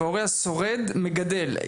"והורה השורד מגדל".